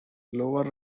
lower